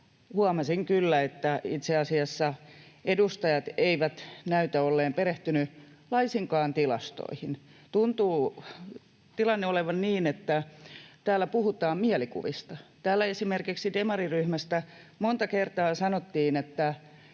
huomasin kyllä, että itse asiassa edustajat eivät näytä olleen laisinkaan perehtyneitä tilastoihin. Tilanne tuntuu olevan, että täällä puhutaan mielikuvista. Täällä esimerkiksi demariryhmästä monta kertaa sanottiin, että